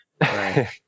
Right